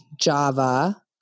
Java